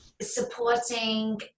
supporting